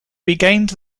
regained